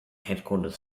headquarters